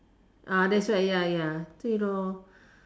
ah that's why ya ya 对 lor